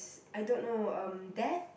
I don't know um death